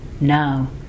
now